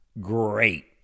Great